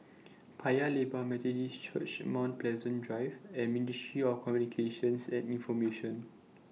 Paya Lebar Methodist Church Mount Pleasant Drive and Ministry of Communications and Information